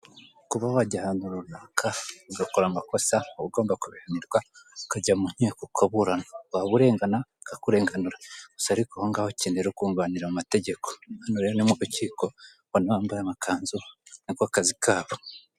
Kuba wajya ahantu runaka ugakora amakosa, uba ugomba kubihanirwa ukajya mu nkiko ukaburana waba urengana bakakurenganurwa, gusa nyine ahongaho ukenera ukuburanira mu mategeko. Hano rero ni mu rukiko ubona bambaye amakanzu, niko kazi kabo.